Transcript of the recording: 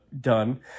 done